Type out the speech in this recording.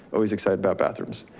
always excited about bathrooms.